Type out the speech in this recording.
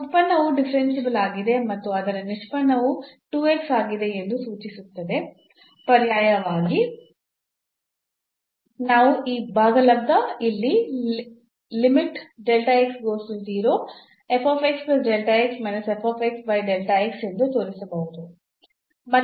ಇದು ಉತ್ಪನ್ನವು ಡಿಫರೆನ್ಸಿಬಲ್ ಆಗಿದೆ ಮತ್ತು ಅದರ ನಿಷ್ಪನ್ನವು ಆಗಿದೆ ಎಂದು ಸೂಚಿಸುತ್ತದೆ ಪರ್ಯಾಯವಾಗಿ ನಾವು ಈ ಭಾಗಲಬ್ಧ ಇಲ್ಲಿ ಎಂದು ತೋರಿಸಬಹುದು